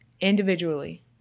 individually